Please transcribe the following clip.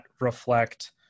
reflect